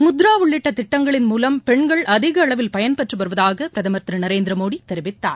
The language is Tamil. முத்ரா உள்ளிட்ட திட்டங்களின் மூலம் பெண்கள் அதிக அளவில் பயன்பெற்று வருவதாக பிரதமர் திரு நரேந்திர மோடி தெரிவித்தார்